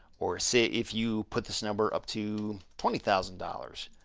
or say if you put this number up to twenty thousand dollars.